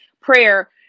prayer